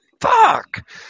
fuck